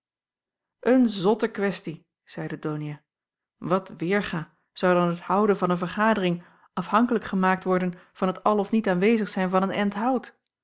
een zotte questie zeide donia wat weêrga zou dan het houden van een vergadering afhankelijk gemaakt worden van het al of niet aanwezig zijn van een